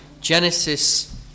Genesis